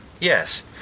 Yes